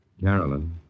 Carolyn